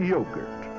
Yogurt